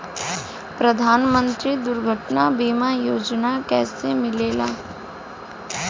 प्रधानमंत्री दुर्घटना बीमा योजना कैसे मिलेला?